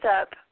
up